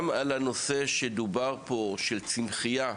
גם לגבי הנושא שדובר פה על צמחיה,